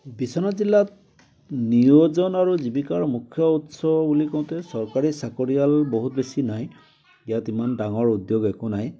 বিশ্বনাথ জিলাত নিয়োজন আৰু জীৱিকাৰ মুখ্য় উৎস বুলি কওঁতে চৰকাৰী চাকৰিয়াল বহুত বেছি নাই ইয়াত ইমান ডাঙৰ উদ্য়োগ একো নাই